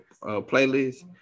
playlist